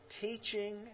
teaching